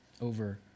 over